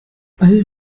all